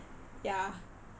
ya